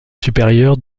supérieure